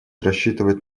рассчитывать